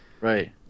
Right